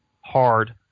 Hard